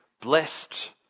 blessed